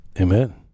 Amen